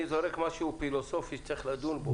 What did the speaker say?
אני זורק משהו פילוסופי שצריך לדון בו.